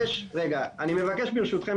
אני מבקש ברשותכם,